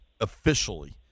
officially